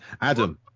Adam